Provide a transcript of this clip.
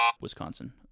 Wisconsin